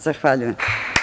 Zahvaljujem.